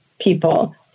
people